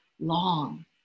long